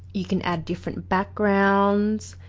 you can add different backgrounds,